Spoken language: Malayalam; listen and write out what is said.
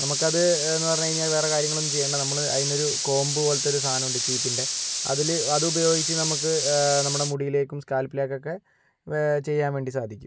നമുക്കത് എന്ന് പറഞ്ഞ് കഴിഞ്ഞാൽ വേറെ കാര്യങ്ങൾ ഒന്നും ചെയ്യേണ്ട നമ്മൾ അതിനൊരു കോമ്പ് പോലത്തെ ഒരു സാധനം ഉണ്ട് ചീപ്പിൻ്റെ അതിൽ അത് ഉപയോഗിച്ച് നമുക്ക് നമ്മുടെ മുടിയിലേക്ക് സ്കാൽപ്പിലേക്ക് ഒക്കെ വേ ചെയ്യാൻ വേണ്ടി സാധിക്കും